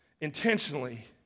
intentionally